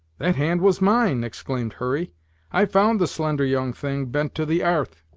that hand was mine! exclaimed hurry i found the slender young thing bent to the airth,